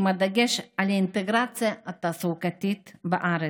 בדגש על אינטגרציה תעסוקתית בארץ.